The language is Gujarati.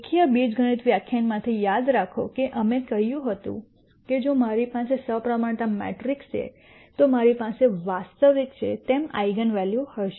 રેખીય બીજગણિત વ્યાખ્યાનમાંથી યાદ રાખો કે અમે કહ્યું હતું કે જો મારી પાસે સપ્રમાણતા મેટ્રિક્સ છે તો મારી પાસે વાસ્તવિક છે તેમ આઇગન વૅલ્યુઝ હશે